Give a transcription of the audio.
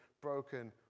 broken